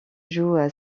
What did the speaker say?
joue